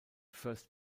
first